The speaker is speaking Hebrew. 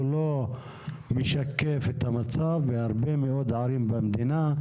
הוא לא משקף את המצב בהרבה מאוד ערים במדינה,